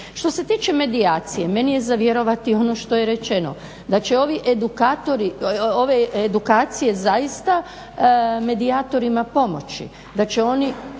Što se tiče medijacije, meni je za vjerovati ono što je rečeno, da će ove edukacije zaista medijatorima pomoći,